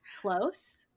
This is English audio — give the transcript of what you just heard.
close